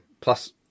plus